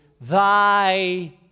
thy